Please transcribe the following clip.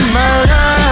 murder